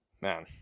man